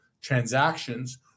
transactions